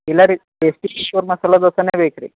ಇಲ್ಲಾ ರಿ ಟೇಸ್ಟಿ ಮೈಸೂರು ಮಸಾಲೆ ದೋಸೆನೇ ಬೇಕು ರಿ